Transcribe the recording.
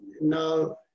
Now